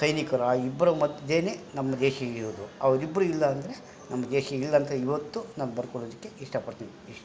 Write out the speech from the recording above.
ಸೈನಿಕರು ಆ ಇಬ್ರು ಮಧ್ಯೆ ನಮ್ಮ ದೇಶ ಹೀಗಿರೋದು ಅವರಿಬ್ರು ಇಲ್ಲಾ ಅಂದರೆ ನಮ್ಮ ದೇಶ ಇಲ್ಲ ಅಂತ ಇವತ್ತು ನಾನ್ ಬರ್ಕೊಡೊದಕ್ಕೆ ಇಷ್ಟಪಡ್ತೀನಿ ಇಶ್